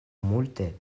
multe